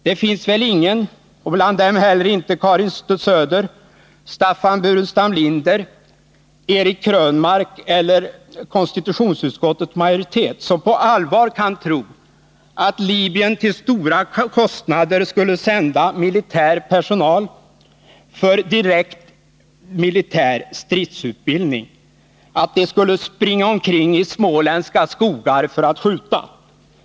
Det finns väl ingen —-inte heller Karin Söder, Staffan Burenstam Linder, Eric Krönmark eller konstitutionsutskottets majoritet — som på allvar kan tro att Libyen till stora kostnader skulle sända militär personal för direkt militär stridsutbildning, för att de skulle springa omkring i småländska skogar för att skjuta.